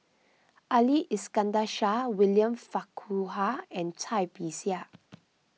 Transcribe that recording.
Ali Iskandar Shah William Farquhar and Cai Bixia